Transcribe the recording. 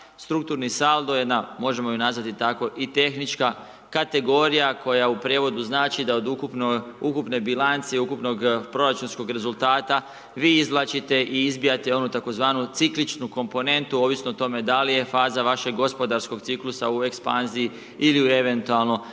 strukturni saldo je na, možemo ju nazvati tako i tehnička kategorija koja u prijevodu znači da od ukupne bilance i ukupnog proračunskog rezultata, vi izvlačite i izbijate onu tzv. cikličnu komponentu, ovisno o tome, da li je faza vašeg gospodarskog ciklusa u ekspanziji ili eventualno silaznoj